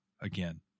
again